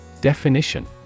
Definition